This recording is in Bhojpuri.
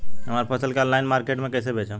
हमार फसल के ऑनलाइन मार्केट मे कैसे बेचम?